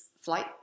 flight